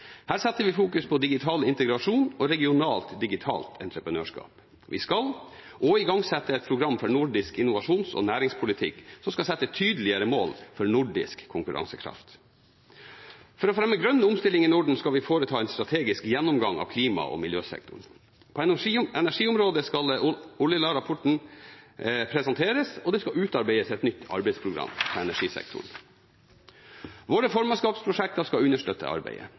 Her fokuserer vi på digital integrasjon og regionalt digitalt entreprenørskap. Vi skal også igangsette et program for nordisk innovasjons- og næringspolitikk som skal sette tydeligere mål for nordisk konkurransekraft. For å fremme grønn omstilling i Norden skal vi foreta en strategisk gjennomgang av klima- og miljøsektoren. På energiområdet skal Ollila-rapporten presenteres, og det skal utarbeides et nytt arbeidsprogram på energisektoren. Våre formannskapsprosjekter skal understøtte arbeidet.